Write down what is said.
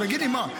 תגיד לי, מה?